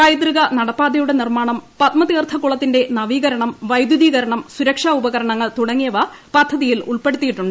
പൈതൃക നടപ്പാതയുടെ നിർമാണം പത്മതീർത്ഥക്കുളത്തിന്റെ നവീകരണം വൈദ്യുതീകരണം സുരക്ഷാ ഉപകരണങ്ങൾ തുടങ്ങിയവ പദ്ധതി യിൽ ഉൾപ്പെടുത്തിയിട്ടുണ്ട്